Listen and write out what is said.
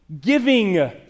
Giving